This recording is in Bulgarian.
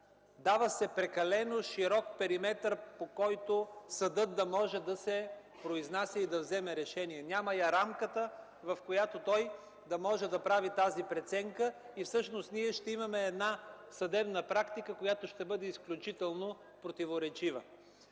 дава се прекалено широк периметър, по който съдът да може да се произнася и да взема решения. Няма я рамката, в която той да може да прави тази преценка и всъщност ние ще имаме една съдебна практика, която ще бъде изключително противоречива.